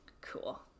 cool